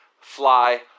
fly